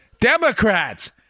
Democrats